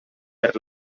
per